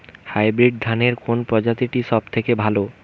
Hybrid ধানের কোন প্রজীতিটি সবথেকে ভালো?